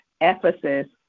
Ephesus